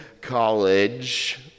college